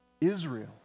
Israel